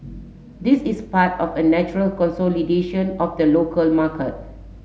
this is part of a natural consolidation of the local market